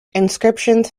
inscriptions